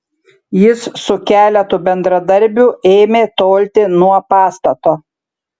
jis su keletu bendradarbių ėmė tolti nuo pastato